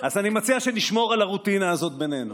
אז אני מציע שנשמור על הרוטינה הזאת בינינו.